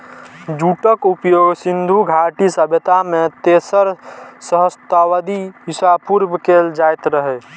जूटक उपयोग सिंधु घाटी सभ्यता मे तेसर सहस्त्राब्दी ईसा पूर्व कैल जाइत रहै